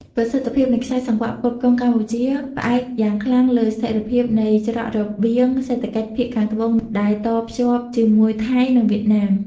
ប្រសិទ្ធភាពនៃខ្សែសង្វាក់ផ្គត់ផ្គង់កម្ពុជា ផ្អែកយ៉ាងខ្លាំងលើស្ថិរភាពនៃច្រករបៀងសេដ្ឋកិច្ចភាគខាងត្បូងដែលតភ្ជាប់ជាមួយថៃ និងវៀតណាម។